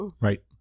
Right